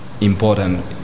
important